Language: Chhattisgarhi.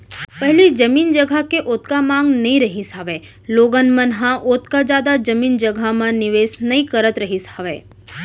पहिली जमीन जघा के ओतका मांग नइ रहिस हावय लोगन मन ह ओतका जादा जमीन जघा म निवेस नइ करत रहिस हावय